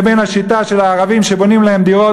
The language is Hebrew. לבין השיטה של הערבים שבונים להם דירות,